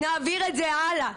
"נעביר את זה הלאה".